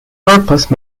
purpose